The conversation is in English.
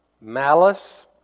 malice